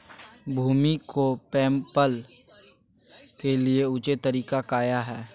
भूमि को मैपल के लिए ऊंचे तरीका काया है?